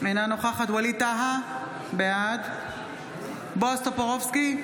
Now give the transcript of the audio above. אינה נוכחת ווליד טאהא, בעד בועז טופורובסקי,